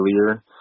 earlier